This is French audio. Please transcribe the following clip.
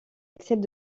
accepte